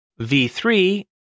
V3